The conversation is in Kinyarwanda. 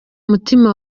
mutima